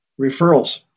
referrals